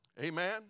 Amen